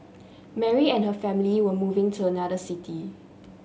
Mary and her family were moving to another city